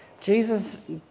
Jesus